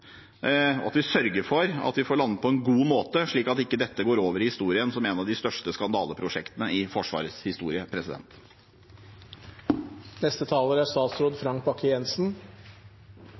og at vi sørger for at vi får landet den på en god måte, slik at ikke dette går over i historien som et av de største skandaleprosjektene i Forsvarets historie.